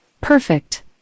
Perfect